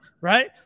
Right